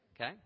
okay